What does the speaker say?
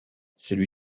celui